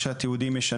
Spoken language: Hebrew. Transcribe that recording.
גם מהמגזר היהודי,